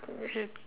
K